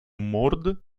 mord